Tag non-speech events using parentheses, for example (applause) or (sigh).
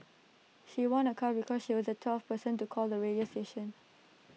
she won A car because she was the twelfth person to call the (noise) radio station